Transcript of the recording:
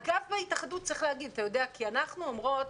אגב, אנחנו אומרות